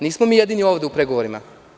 Nismo mi jednini ovde u pregovorima.